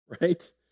right